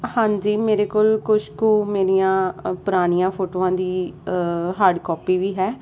ਹਾਂਜੀ ਮੇਰੇ ਕੋਲ ਕੁਛ ਕੁ ਮੇਰੀਆਂ ਪੁਰਾਣੀਆਂ ਫੋਟੋਆਂ ਦੀ ਹਾਰਡ ਕਾਪੀ ਵੀ ਹੈ